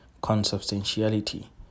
consubstantiality